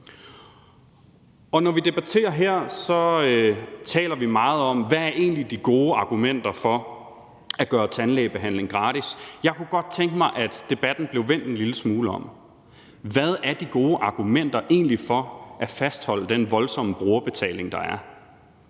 Når vi debatterer her, taler vi meget om, hvad der egentlig er de gode argumenter for at gøre tandlægebehandling gratis. Jeg kunne godt tænke mig, at debatten blev vendt en lille smule om. Hvad er de gode argumenter egentlig for at fastholde den voldsomme brugerbetaling, der er?